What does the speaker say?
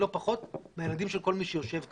לא פחות מהילדים של כל מי שיושב כאן.